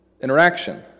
interaction